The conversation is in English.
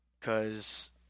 Cause